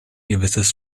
gewisses